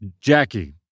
Jackie